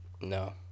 no